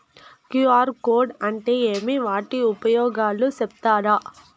QR code అంటే ఏమి వాటి ఉపయోగాలు సెప్తారా?